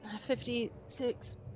Fifty-six